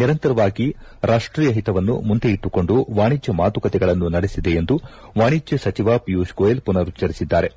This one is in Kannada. ನಿರಂತರವಾಗಿ ರಾಷ್ಟೀಯ ಹಿತವನ್ನು ಮುಂದೆ ಇಟ್ಟುಕೊಂಡು ವಾಣಿಜ್ಯ ಮಾತುಕತೆಗಳನ್ನು ನಡೆಸಿದೆ ಎಂದು ವಾಣಿಜ್ಯ ಸಚಿವ ಪೀಯೂಷ್ ಗೋಯೆಲ್ ಪುನರುಚ್ವರಿಸಿದ್ದಾರೆ